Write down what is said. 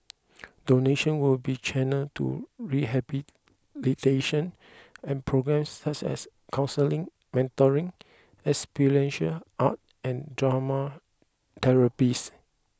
donation will be channelled to rehabilitation programmes such as counselling mentoring experiential art and drama therapies